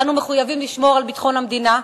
אנו מחויבים לשמור על ביטחון המדינה,